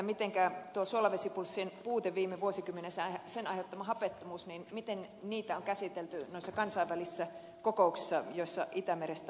mitenkä tuota suolavesipulssin puutetta viime vuosikymmenellä ja sen aiheuttamaa hapettomuutta on käsitelty noissa kansainvälisissä kokouksissa joissa itämerestä on puhuttu